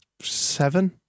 seven